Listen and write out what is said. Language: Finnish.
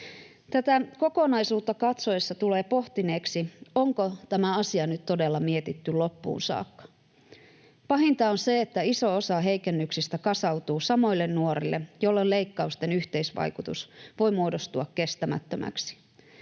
Tätä kokonaisuutta katsoessa tulee pohtineeksi, onko tämä asia nyt todella mietitty loppuun saakka. Pahinta on se, että iso osa heikennyksistä kasautuu samoille nuorille, jolloin leikkausten yhteisvaikutus voi muodostua kestämättömäksi.